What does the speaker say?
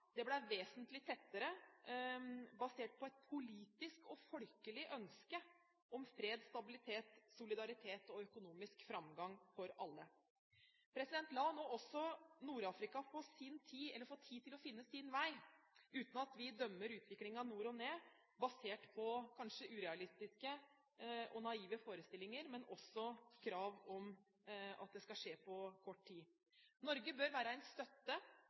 det ble vesentlig tettere basert på et politisk og folkelig ønske om fred, stabilitet, solidaritet og økonomisk framgang for alle. La nå også Nord-Afrika få tid til å finne sin vei uten at vi dømmer utviklingen nord og ned basert på kanskje urealistiske og naive forestillinger, men også krav om at det skal skje på kort tid. Norge bør være en støtte